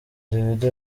davido